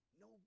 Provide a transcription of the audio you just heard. No